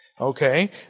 Okay